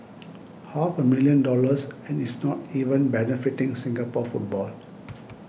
half a million dollars and it's not even benefiting Singapore football